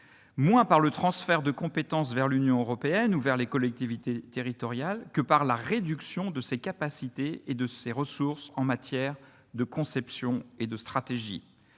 moins par le transfert de compétences vers l'Union européenne ou vers les collectivités territoriales que par la réduction de ses capacités et de ses ressources en matière de conception et de stratégie.